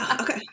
Okay